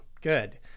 Good